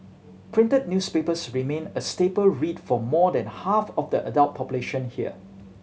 printed newspapers remain a staple read for more than half of the adult population here